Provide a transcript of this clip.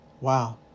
Wow